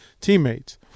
teammates